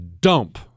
dump